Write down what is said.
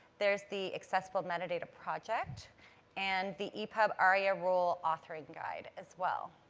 there's the accessible metadata project and the epub aria role authoring guide as well.